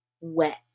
Wet